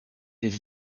des